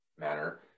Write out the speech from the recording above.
Manner